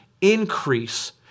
increase